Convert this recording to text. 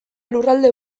lurralde